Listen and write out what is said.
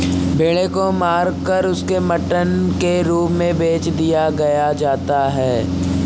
भेड़ों को मारकर उसे मटन के रूप में बेच दिया जाता है